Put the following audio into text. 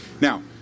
Now